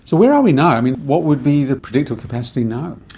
so where are we now? i mean, what would be the predictive capacity now?